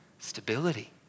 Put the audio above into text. Stability